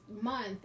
month